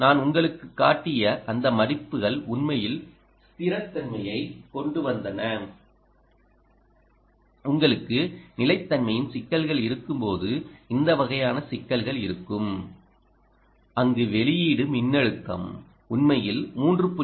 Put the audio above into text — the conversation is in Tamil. நான் உங்களுக்குக் காட்டிய அந்த மதிப்புகள் உண்மையில் ஸ்திரத்தன்மையைக் கொண்டுவந்தன உங்களுக்கு நிலைத்தன்மையின் சிக்கல்கள் இருக்கும்போது இந்த வகையான சிக்கல்கள் இருக்கும் அங்கு வெளியீடு மின்னழுத்தம் உண்மையில் 3